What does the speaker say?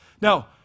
Now